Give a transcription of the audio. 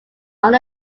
are